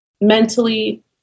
Mentally